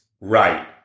right